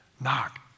Knock